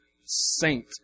saint